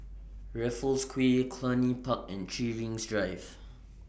Raffles Quay Cluny Park and three Rings Drive